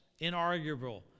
inarguable